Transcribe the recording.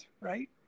right